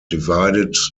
divided